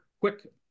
quick